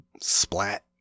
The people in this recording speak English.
splat